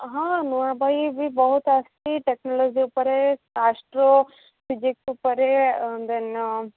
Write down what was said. ହଁ ନୂଆ ବହି ବି ବହୁତ ଆସୁଛି ଟେକ୍ନୋଲୋଜି ଉପରେ ଆଷ୍ଟ୍ରୋ ଫିଜିକ୍ସ ଉପରେ ଦେନ୍